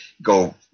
Go